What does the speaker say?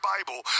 Bible